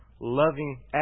loving